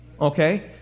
okay